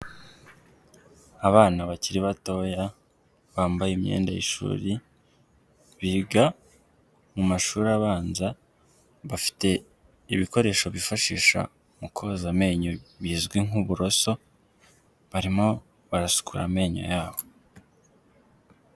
Abana bakiri batoya bambaye imyenda y'ishuri, biga mu mashuri abanza bafite ibikoresho bifashisha mu koza amenyo bizwi nk'uburoso, barimo barasukura amenyo yabo.